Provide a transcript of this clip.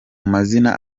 mazina